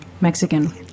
Mexican